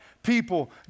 people